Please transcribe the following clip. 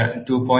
ഇത് 2